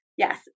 Yes